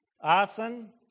arson